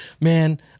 man